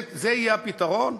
זה יהיה הפתרון?